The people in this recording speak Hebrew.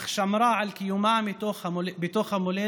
אך שמרה על קיומה בתוך המולדת